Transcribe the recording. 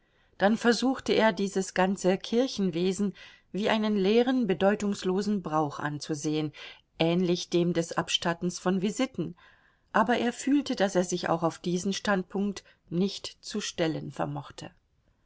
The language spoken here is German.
dann versuchte er dieses ganze kirchenwesen wie einen leeren bedeutungslosen brauch anzusehen ähnlich dem des abstattens von visiten aber er fühlte daß er sich auch auf diesen standpunkt nicht zu stellen vermochte